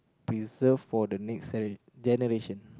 preserve for the next gene~ generation